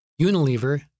Unilever